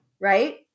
right